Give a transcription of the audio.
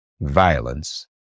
violence